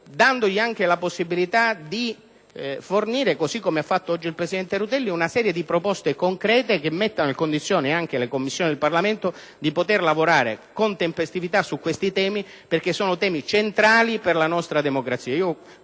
compresa la possibilità di formulare, come ha fatto oggi il presidente Rutelli, una serie di proposte concrete, che mettano in condizioni le Commissioni e il Parlamento di lavorare con tempestività su questi temi, che sono centrali per la nostra democrazia.